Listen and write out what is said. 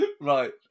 Right